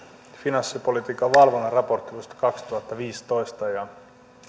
finanssipolitiikan valvonnan raportti vuodesta kaksituhattaviisitoista ja